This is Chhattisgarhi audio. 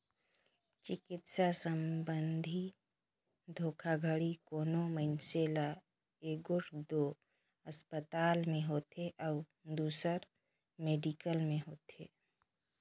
चिकित्सा संबंधी धोखाघड़ी कोनो मइनसे ल एगोट दो असपताल में होथे अउ दूसर मेडिकल में होथे